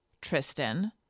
Tristan